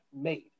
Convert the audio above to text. made